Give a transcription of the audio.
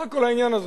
מה כל העניין הזה?